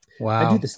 Wow